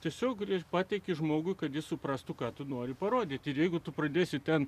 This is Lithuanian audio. tiesiog patiki žmogui kad jis suprastų ką tu nori parodyti ir jeigu tu pradėsiu ten